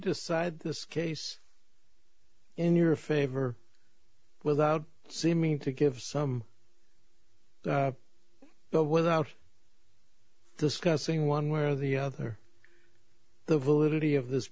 decide this case in your favor without seeming to give some go without discussing one way or the other the validity of this